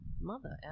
Mother